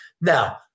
Now